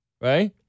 right